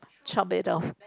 chop it off